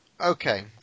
okay